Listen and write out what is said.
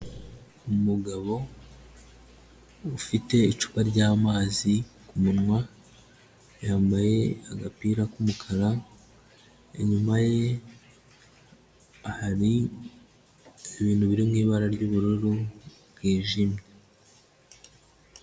Umugabo ufite icupa ry'amazi ku munwa, yambaye agapira k'umukara, inyuma ye hari ibintu biri mu ibara ry'ubururu bwijimye.